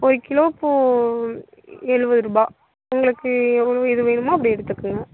ஒரு கிலோ இப்போது எழுவது ரூபாய் உங்களுக்கு எவ்வளவு இது வேணுமோ அப்படி எடுத்துக்கங்க